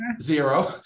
zero